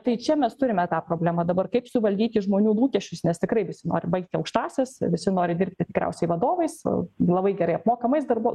tai čia mes turime tą problemą dabar kaip suvaldyti žmonių lūkesčius nes tikrai visi nori baigti aukštąsias visi nori dirbti tikriausiai vadovais labai gerai apmokamais darbo